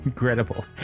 incredible